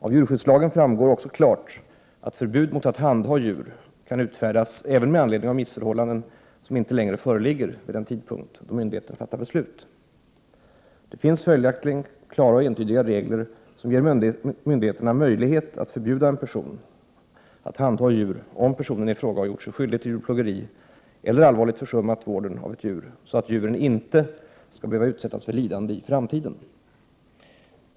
Av djurskyddslagen framgår det också klart att förbud mot att handha djur kan utfärdas även med anledning av missförhållanden som inte längre föreligger vid den tidpunkt då myndigheter fattar beslut. Det finns följaktligen klara och entydiga regler som ger myndigheterna möjlighet att förbjuda en person att handha djur om personen i fråga har gjort sig skyldig till djurplågeri eller allvarligt försummat vården av ett djur, så att djuren inte skall behöva utsättas för lidande i framtiden.